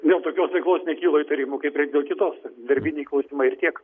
dėl tokios veiklos nekilo įtarimų kaip ir dėl kitos darbiniai klausimai ir tiek